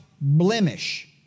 blemish